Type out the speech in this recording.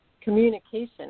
communication